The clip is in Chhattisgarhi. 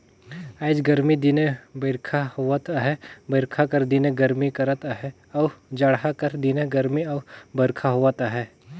आएज गरमी दिने बरिखा होवत अहे बरिखा कर दिने गरमी करत अहे अउ जड़हा कर दिने गरमी अउ बरिखा होवत अहे